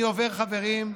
אני עובר, חברים,